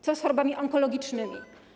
Co z chorobami onkologicznymi?